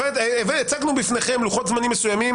הצגנו בפניכם לוחות זמנים מסוימים,